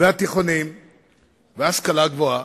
והתיכונים וההשכלה הגבוהה.